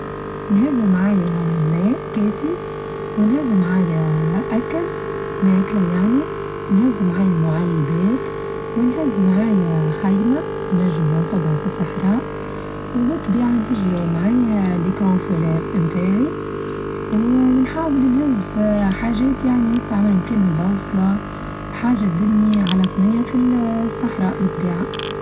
نهز معايا ماء كافي ونهز معايا أكل ناكله يعني، ونهز معايا معلبات ونهز معايا خايمة نچم ننصبها في الصحراء وبالطبيعة نچهر معايا ليكرانسوليغ بتاعي ونحاول نهز حاچات يعني نستعملهم كيما البوصلة حاچة تدلني على ثنانية في الصحراء بطبيعة.